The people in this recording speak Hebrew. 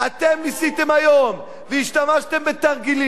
אתם ניסיתם היום, והשתמשתם בתרגילים.